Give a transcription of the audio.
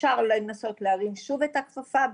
אפשר לנסות להרים שוב את הכפפה,